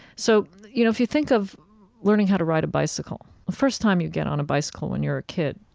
so, you know, if you think of learning how to ride a bicycle, the first time you get on a bicycle when you're a kid,